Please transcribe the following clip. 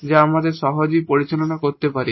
যা আমরা সহজেই পরিচালনা করতে পারি